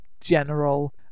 general